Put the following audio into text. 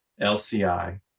LCI